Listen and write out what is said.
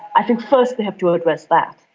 i think first they have to address that,